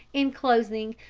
in closing,